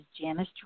Janice